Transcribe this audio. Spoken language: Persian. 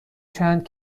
چند